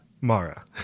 Mara